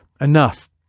enough